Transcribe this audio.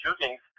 shootings